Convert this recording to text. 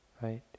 right